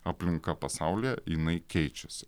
aplinka pasaulyje jinai keičiasi